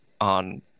on